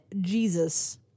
Jesus